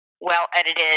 well-edited